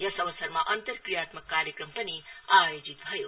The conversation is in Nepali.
यस अवसरमा अन्तरक्रियात्मक कार्यक्रम पनि आयोजत भयो